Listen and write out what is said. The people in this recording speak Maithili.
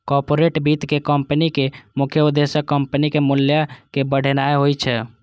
कॉरपोरेट वित्त मे कंपनीक मुख्य उद्देश्य कंपनीक मूल्य कें बढ़ेनाय होइ छै